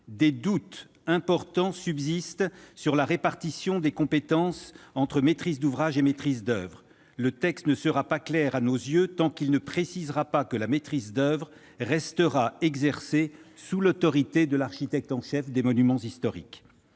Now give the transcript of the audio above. des doutes importants subsistent sur la répartition des compétences entre maîtrise d'ouvrage et maîtrise d'oeuvre. Le texte ne sera pas clair, à nos yeux, tant qu'il ne précisera pas que la maîtrise d'oeuvre restera exercée sous l'autorité de l'architecte en chef des monuments historiques.